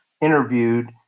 interviewed